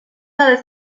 dades